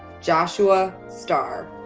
joshua starr.